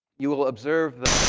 you will observe that